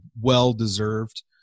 well-deserved